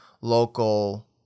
local